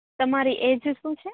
તમરી age શું છે